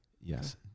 Yes